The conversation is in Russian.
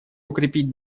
укрепить